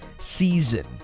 season